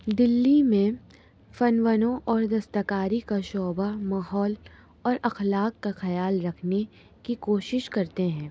دلی میں فنون اور دستکاری کا شعبہ ماحول اور اخلاق کا خیال رکھنے کی کوشش کرتے ہیں